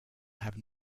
have